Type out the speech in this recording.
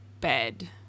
bed